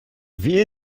wehe